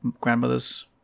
grandmother's